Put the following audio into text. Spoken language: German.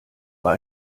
bei